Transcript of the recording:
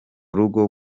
rugo